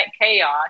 chaos